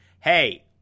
Hey